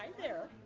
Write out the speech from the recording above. they're